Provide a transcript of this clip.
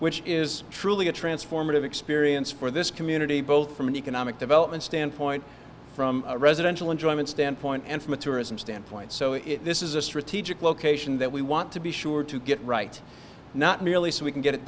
which is truly a transformative experience for this community both from an economic development standpoint from a residential enjoyment standpoint and from a tourism standpoint so if this is a strategic location that we want to be sure to get right not merely so we can get it